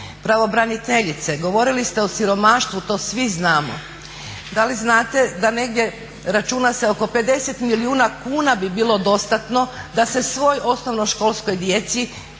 Pravobraniteljice, govorili ste o siromaštvu to svi znamo, da li znate da negdje računa se oko 50 milijuna kuna bi bilo dostatno da se svoj osnovnoškolskoj djeci